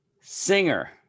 Singer